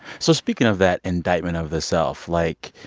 so speaking of that indictment of the self, like,